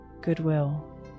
goodwill